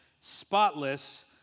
spotless